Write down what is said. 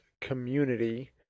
Community